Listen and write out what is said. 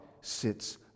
sits